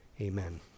Amen